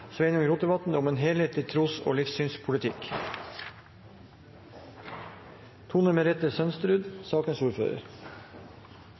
med stortingsmeldingen om en helhetlig tros- og livssynspolitikk